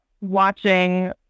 watching